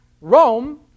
Rome